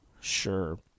sure